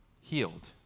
Healed